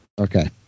Okay